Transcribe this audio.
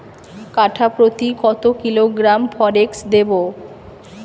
কাঠাপ্রতি কত কিলোগ্রাম ফরেক্স দেবো?